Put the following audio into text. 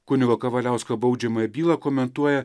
kunigo kavaliausko baudžiamąją bylą komentuoja